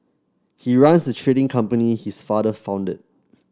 he runs the trading company his father founded